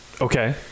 Okay